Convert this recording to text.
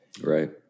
Right